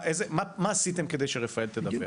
מה עשיתם כדי ש"רפאל" תדווח?